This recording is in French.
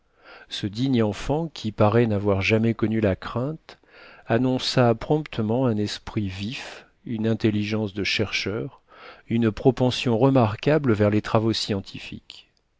ce digne enfant qui paraît n'avoir jamais connu la crainte annonça promptement un esprit vif une intelligence de chercheur une propension remarquable vers les travaux scientifiques